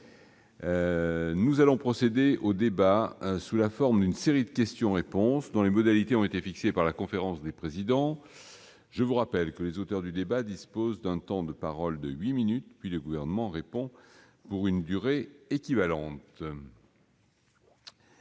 Nous allons procéder au débat sous la forme d'une série de questions-réponses, dont les modalités ont été fixées par la conférence des présidents. Je rappelle que les auteurs de la demande disposent d'un temps de parole de huit minutes, puis le Gouvernement répond pour une durée équivalente.